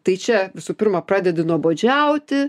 tai čia visų pirma pradedi nuobodžiauti